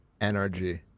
NRG